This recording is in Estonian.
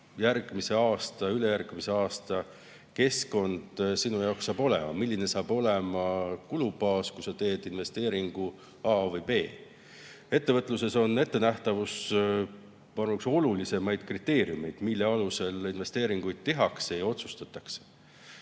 järgmise aasta ja ülejärgmise aasta keskkond sinu jaoks saab olema, milline saab olema kulubaas, kui sa teed investeeringu A või B. Ettevõtluses on ettenähtavus üks olulisemaid kriteeriume, mille alusel investeeringuid tehakse ja otsustatakse.